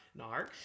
NARC